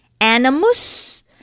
Animus